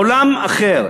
עולם אחר,